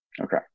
Okay